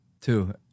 Two